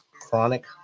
chronic